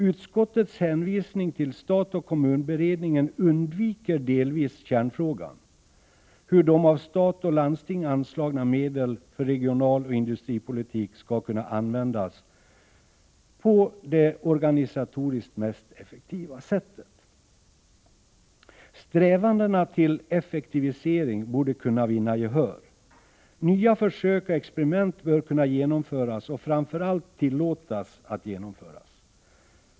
Utskottets hänvisning till statoch kommunberedningen undviker delvis kärnfrågan, hur de av stat och landsting anslagna medlen för regionalpolitik och industripolitik skall kunna användas på det organisatoriskt mest effektiva sättet. Strävandena till effektivisering borde kunna vinna gehör. Nya försök och experiment bör kunna genomföras och framför allt tillåtas.